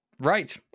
Right